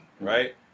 right